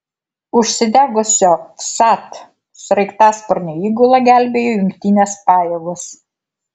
užsidegusio vsat sraigtasparnio įgulą gelbėjo jungtinės pajėgos